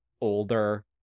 older